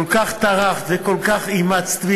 כל כך טרחת וכל כך אימצת,